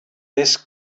this